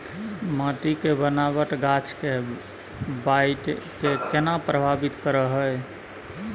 माटी के बनावट गाछ के बाइढ़ के केना प्रभावित करय हय?